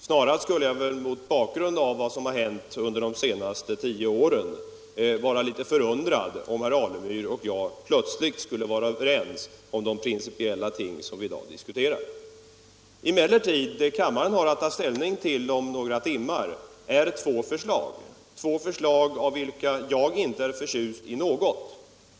Snarare skulle jag väl mot bakgrund av vad som har hänt under de senaste tio åren bli litet förundrad om herr Alemyr och jag plötsligt skulle vara ense om de principiella ting vi diskuterar i dag. Vad kammaren har att ta ställning till om några timmar är emellertid två förslag, av vilka jag inte är förtjust i något.